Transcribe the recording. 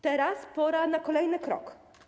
Teraz pora na kolejny krok.